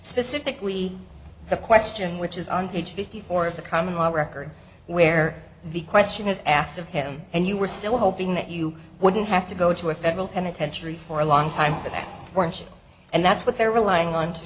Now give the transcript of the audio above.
specifically the question which is on page fifty four of the common law record where the question is asked of him and you were still hoping that you wouldn't have to go to a federal penitentiary for a long time for that weren't you and that's what they're relying on to